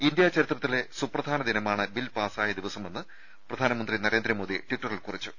India ചരിത്രത്തിലെ സുപ്രധാന ദിനമാണ് ബിൽ പാസ്സായ ദിവസമെന്ന് പ്രധാനമന്ത്രി ന്റരേന്ദ്രമോദി ട്വിറ്ററിൽ കുറിച്ചു